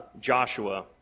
Joshua